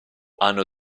hanno